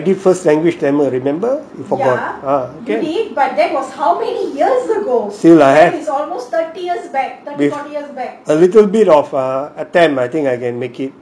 I did first language tamil remember you forgot ah still live with a little bit of attempt I think I can make it